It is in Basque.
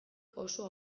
oso